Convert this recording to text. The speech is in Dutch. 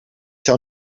zou